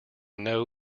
know